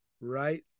right